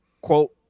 quote